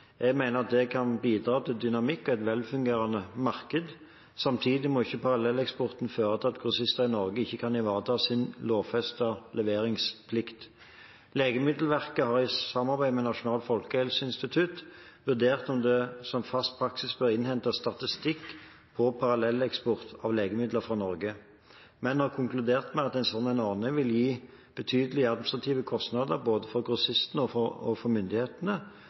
Jeg mener at det kan bidra til dynamikk og et velfungerende marked. Samtidig må ikke parallelleksporten føre til at grossister i Norge ikke kan ivareta sin lovfestede leveringsplikt. Legemiddelverket har i samarbeid med Nasjonalt folkehelseinstitutt vurdert om det som fast praksis bør innhentes statistikk på parallelleksport av legemidler fra Norge, men har konkludert med at en slik ordning vil gi betydelige administrative kostnader både for grossistene og for myndighetene samtidig som den har liten merverdi for